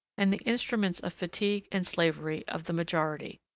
and the instruments of fatigue and slavery of the majority.